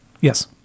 Yes